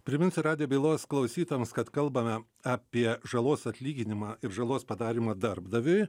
priminsiu radijo bylos klausytojams kad kalbame apie žalos atlyginimą ir žalos padarymą darbdaviui